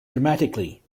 dramatically